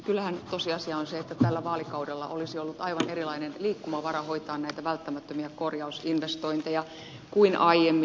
kyllähän tosiasia on se että tällä vaalikaudella olisi ollut aivan erilainen liikkumavara hoitaa näitä välttämättömiä korjausinvestointeja kuin aiemmin